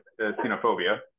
xenophobia